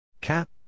Cap